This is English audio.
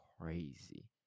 crazy